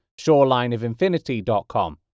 shorelineofinfinity.com